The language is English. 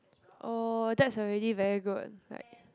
oh that's already very good like